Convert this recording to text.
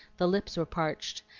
the lips were parched,